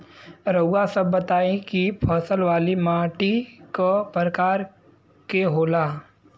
रउआ सब बताई कि फसल वाली माटी क प्रकार के होला?